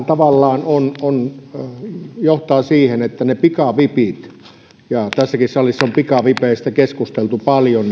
tavallaan johtaa siihen että nyt pikavipeistä tässäkin salissa on pikavipeistä keskusteltu paljon